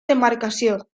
demarcació